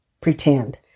pretend